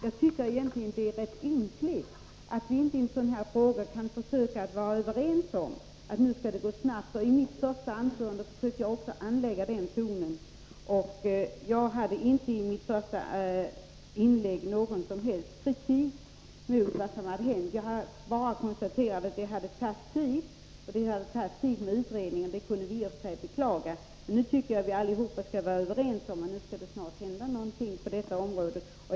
Det är egentligen rätt ynkligt att vi inte i en sådan här fråga kan försöka vara överens om att det nu skall gå snabbt. I mitt första anförande försökte jag också anlägga den tonen, och jag framförde inte i det inlägget någon som helst kritik mot vad som tidigare hänt. Jag konstaterade bara att utredningsarbetet tagit tid. Det kan vi i och för sig beklaga, men nu tycker jag att vi allihop skall vara överens om att någonting skall hända på detta område.